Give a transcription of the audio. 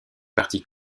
parti